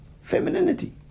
femininity